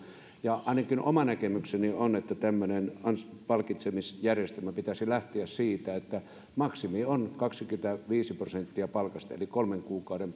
nollaantuvat ainakin oma näkemykseni on että tämmöisen palkitsemisjärjestelmän pitäisi lähteä siitä että maksimi on kaksikymmentäviisi prosenttia palkasta eli kolmen kuukauden